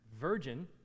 virgin